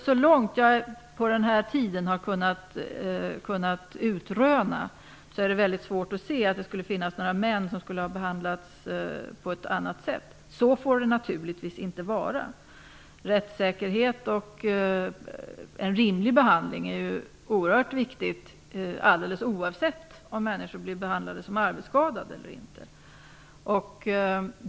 Så långt jag har kunnat utröna på denna tid är det mycket svårt att se att det skulle finnas män som har behandlats på ett annat sätt. Så får det naturligtvis inte vara. Rättssäkerhet och en rimlig behandling är oerhört viktigt, alldeles oavsett om människor blir behandlade som arbetsskadade eller inte.